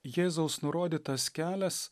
jėzaus nurodytas kelias